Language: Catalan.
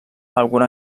alguna